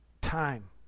Time